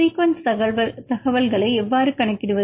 sequence தகவல்களை எவ்வாறு கணக்கிடுவது